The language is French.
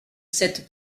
cette